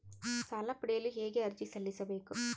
ಸಾಲ ಪಡೆಯಲು ಹೇಗೆ ಅರ್ಜಿ ಸಲ್ಲಿಸಬೇಕು?